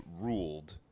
ruled